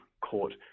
court